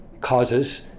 causes